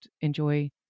enjoy